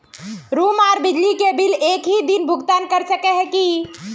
Room आर बिजली के बिल एक हि दिन भुगतान कर सके है?